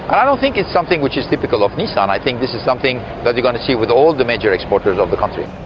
i don't think it's something which is typical of nissan i think this is something that you're going to see with all the major exporters of the country.